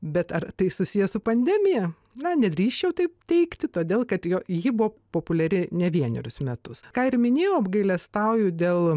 bet ar tai susiję su pandemija na nedrįsčiau taip teigti todėl kad jo ji buvo populiari ne vienerius metus ką ir minėjau apgailestauju dėl